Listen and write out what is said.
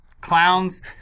Clowns